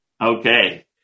Okay